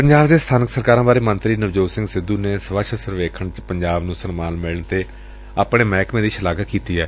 ਪੰਜਾਬ ਦੇ ਸਬਾਨਕ ਸਰਕਾਰਾਂ ਬਾਰੇ ਮੰਤਰੀ ਨਵਜੋਤ ਸਿੰਘ ਸਿੱਧੁ ਨੇ ਸਵੱਛ ਸਰਵੇਖਣ ਵਿਚ ਪੰਜਾਬ ਨੁੰ ਸਨਮਾਨ ਮਿਲਣ ਤੇ ਆਪਣੇ ਮਹਿਕਮੇ ਦੀ ਸ਼ਲਾਘਾ ਕੀਤੀ ਏ